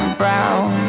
brown